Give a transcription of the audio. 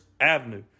Avenue